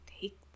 take